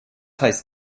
heißt